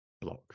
block